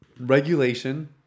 Regulation